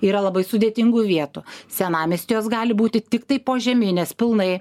yra labai sudėtingų vietų senamiesty jos gali būti tiktai požeminės pilnai